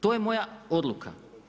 To je moja odluka.